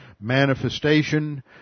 manifestation